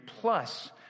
plus